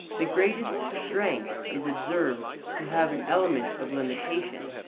the greatest strength is observed to have an element of limitation.